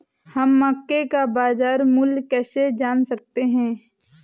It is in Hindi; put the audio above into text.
हम मक्के का बाजार मूल्य कैसे जान सकते हैं?